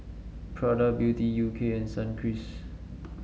Prada Beauty U K and Sunkist